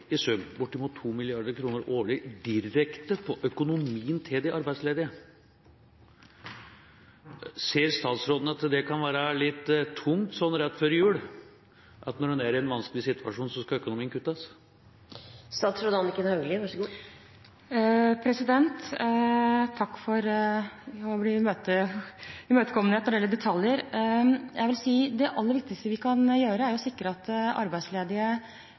støttepartier kuttet bortimot 2 mrd. kr årlig i sum, direkte på økonomien til de arbeidsledige. Ser statsråden at det kan være litt tungt rett før jul at økonomien skal kuttes når man er i en litt vanskelig situasjon? Takk for imøtekommenhet når det gjelder detaljer. Jeg vil si at det aller viktigste vi kan gjøre, er å sikre at arbeidsledige